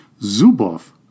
Zubov